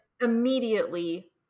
immediately